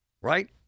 right